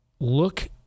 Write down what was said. Look